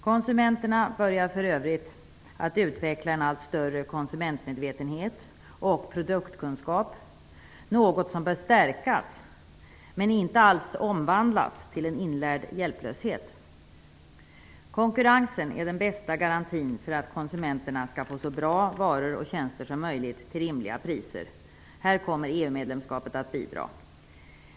Konsumenterna börjar för övrigt att utveckla en allt större konsumentmedvetenhet och produktkunskap, något som bör stärkas, men inte alls omvandlas till en inlärd hjälplöshet. Konkurrensen är den bästa garantin för att konsumenterna skall få så bra varor och tjänster som möjligt till rimliga priser. Här kommer EU medlemskapet att bidra.